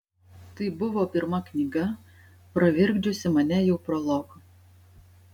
tai buvo pirma knyga pravirkdžiusi mane jau prologu